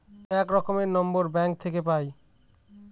এক রকমের নম্বর ব্যাঙ্ক থাকে পাই